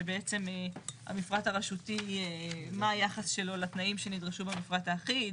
שבעצם המפרט הרשותי מה היחס שלו לתנאים שנדרשו במפרט האחיד.